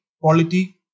quality